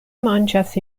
manĝas